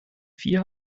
vier